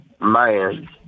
man